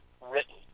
written